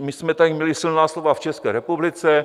My jsme tady měli silná slova v České republice.